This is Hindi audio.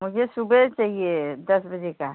मुझे सुबह चाहिए दस बजे का